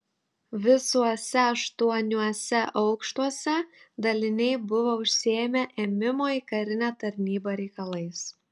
visuose aštuoniuose aukštuose daliniai buvo užsiėmę ėmimo į karinę tarnybą reikalais